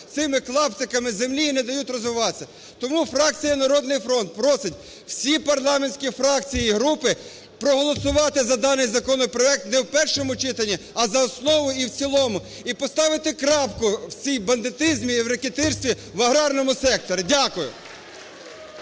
цими клаптиками землі і не дають розвиватися. Тому фракція "Народний фронт" просить всі парламентські фракції і групи проголосувати за даний законопроект не в першому читанні, а за основу і в цілому. І поставити крапку в цьому бандитизмі і в рекетирстві в аграрному секторі. Дякую.